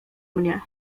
mnie